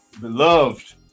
beloved